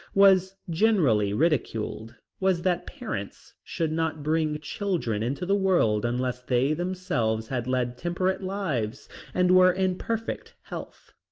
was generally ridiculed, was that parents should not bring children into the world unless they themselves had led temperate lives and were in perfect health.